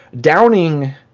downing